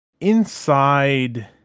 inside